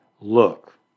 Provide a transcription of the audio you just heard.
look